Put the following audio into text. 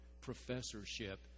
professorship